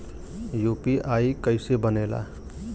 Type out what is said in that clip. UPI कईसे बनेला?